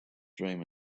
dream